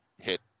hit